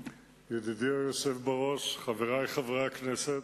ידידי היושב בראש, חברי חברי הכנסת,